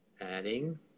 Adding